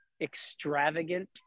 extravagant